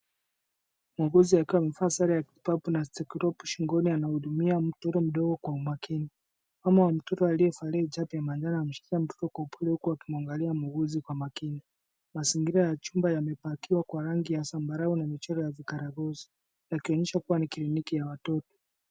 Muuguzi akiwa amevaa sare ya kibabu na steleskopu shingoni anahudumia mtoto mdogo kwa umakini . Mama wa mtoto aliyevalia hijabu ya manjano, amemshikilia mtoto kwa upole huku akimwangalia muuguzi kwa makini . Mazingira ya chumba yamepakiwa kwa rangi ya zambarau na michoro ya vikaragosi yakionyesha kuwa ni kliniki ya watoto.